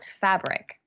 fabric